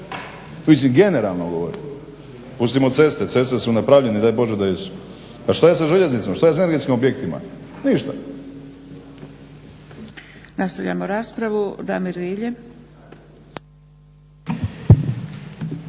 Mislim generalno govorim, pustimo ceste, ceste su napravljene i daj Bože da jesu. A što je sa željeznicom, što je s energetskim objektima? Ništa.